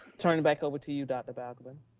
turn it back over to you, dr. balgobin.